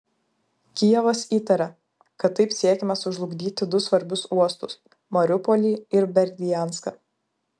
kijevas įtaria kad taip siekiama sužlugdyti du svarbius uostus mariupolį ir berdianską